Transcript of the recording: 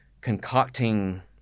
concocting